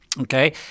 okay